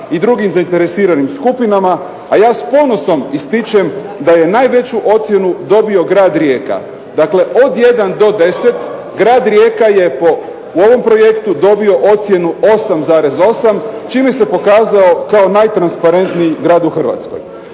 i drugim zainteresiranim skupinama. A ja s ponosom ističem da je najveću ocjenu dobio grad Rijeka, dakle od 1 do 10 grad Rijeka je po ovom projektu dobio ocjenu 8,8 čime se pokazao kao najtransparentniji grad u Hrvatskoj.